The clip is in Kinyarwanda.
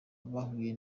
bahuye